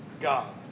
God